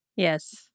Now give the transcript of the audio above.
Yes